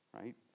right